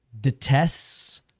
detests